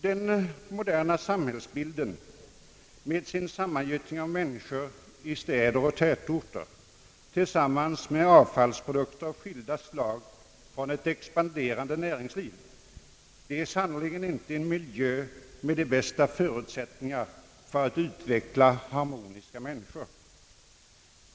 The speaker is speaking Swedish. Den moderna samhällsbilden med sin sammangyttring av människor i städer och tätorter tillsammans med avfallsprodukter av skilda slag från ett expanderande näringsliv är sannerligen inte en miljö med de bästa förutsättningar att utveckla harmoniska människor.